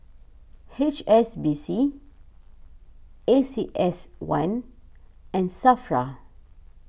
H S B C A C S one and Safra